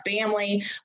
family